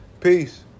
Peace